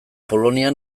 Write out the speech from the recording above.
polonia